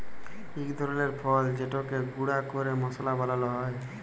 ইক ধরলের ফল যেটকে গুঁড়া ক্যরে মশলা বালাল হ্যয়